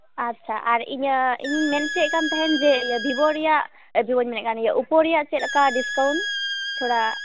ᱟᱪᱪᱷᱟ ᱟᱨ ᱤᱧᱟᱹᱜ ᱤᱧ ᱢᱮᱱ ᱚᱪᱚᱭᱮᱫ ᱠᱟᱱ ᱛᱟᱦᱮᱱ ᱡᱮ ᱤᱭᱟᱹ ᱵᱷᱤᱵᱳ ᱨᱮᱭᱟᱜ ᱵᱷᱤᱵᱳᱧ ᱢᱮᱱᱮᱫ ᱠᱟᱱ ᱤᱭᱟᱹ ᱳᱯᱳ ᱨᱮᱭᱟᱜ ᱪᱮᱫ ᱞᱮᱠᱟ ᱰᱤᱥᱠᱟᱭᱩᱱᱴ ᱛᱷᱚᱲᱟ